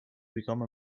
become